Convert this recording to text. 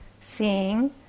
seeing